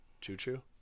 Choo-choo